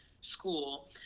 school